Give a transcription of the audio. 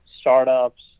startups